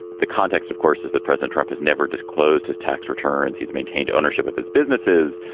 the context, of course, is that president trump has never disclosed his tax returns. he's maintained ownership of his businesses,